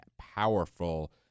powerful